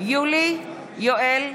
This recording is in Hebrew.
מצביע ינון אזולאי,